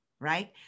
right